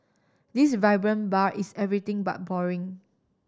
this vibrant bar is everything but boring